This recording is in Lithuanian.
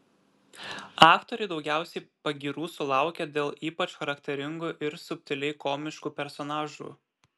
aktoriai daugiausiai pagyrų sulaukia dėl ypač charakteringų ir subtiliai komiškų personažų